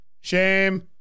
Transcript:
shame